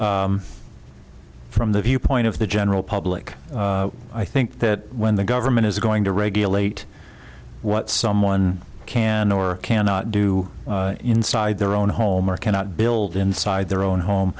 is from the viewpoint of the general public i think that when the government is going to regulate what someone can or cannot do inside their own home or cannot build inside their own home